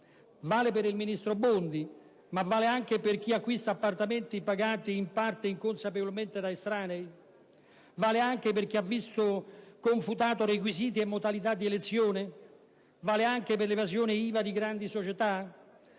Vale per il ministro Bondi, ma anche per chi acquista appartamenti pagati in parte e inconsapevolmente da estranei? Vale anche per chi ha visto confutati requisiti e modalità di elezione? Vale anche per l'evasione IVA di grandi società?